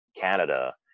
Canada